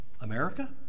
America